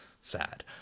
Sad